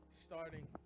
Starting